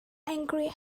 angry